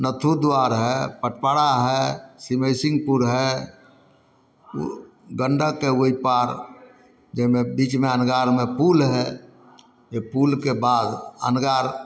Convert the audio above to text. नथुद्वार हइ पटपड़ा हइ सिवेशिंगपुर हइ उ गण्डकके ओइपार जाहिमे बीचमे अनगार पुल हइ ये पुलके बाद अनगार